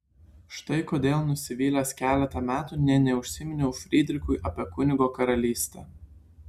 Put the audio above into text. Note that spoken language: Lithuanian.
štai kodėl nusivylęs keletą metų nė neužsiminiau frydrichui apie kunigo karalystę